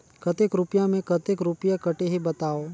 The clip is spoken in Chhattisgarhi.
कतेक रुपिया मे कतेक रुपिया कटही बताव?